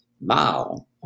Mao